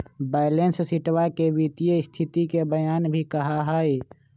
balance शीटवा के वित्तीय स्तिथि के बयान भी कहा हई